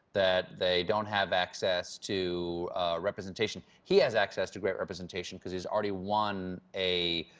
that they don't have access to representation. he has access to great representation because he's already won a